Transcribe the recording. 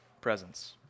presence